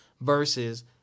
versus